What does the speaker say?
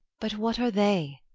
but what are they?